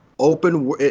open